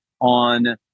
on